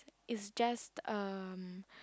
is just um